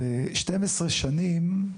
ו-12 שנים,